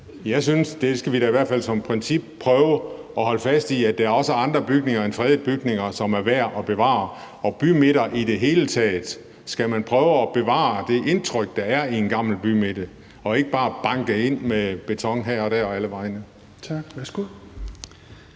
tilfælde. Vi skal da i hvert fald som princip prøve at holde fast i, at der også er andre bygninger end fredede bygninger, som er værd at bevare. Og i forhold til bymidter i det hele taget skal man prøve at bevare det indtryk, der er i en gammel bymidte, og ikke bare banke beton ind her og der og alle vegne.